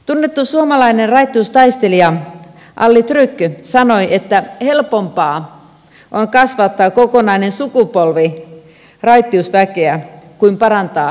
tunnettu suomalainen raittiustaistelija alli trygg sanoi että helpompaa on kasvattaa kokonainen sukupolvi raittiusväkeä kuin parantaa yksi alkoholisti